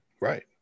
Right